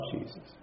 Jesus